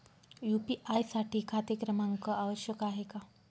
UPI साठी खाते क्रमांक आवश्यक आहे का?